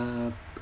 uh